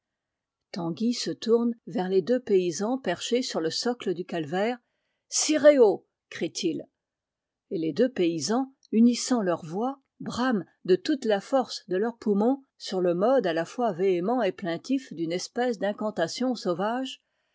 tanguy se tourne vers les deux paysans perchés sur le socle du calvaire six réaux crie-t-il et les deux paysans unissant leurs voix de toute la force de leurs poumons sur le mode à la fois véhément et plaintif d'une espèce d'incantation sauvage